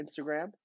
Instagram